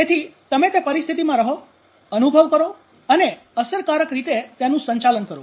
તેથી તમે તે પરિસ્થિતિમાં રહો અનુભવ કરો અને અસરકારક રીતે તેનું સંચાલન કરો